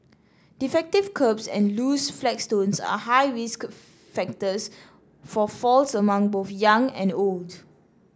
defective kerbs and loose flagstones are high risk factors for falls among both young and old